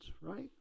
right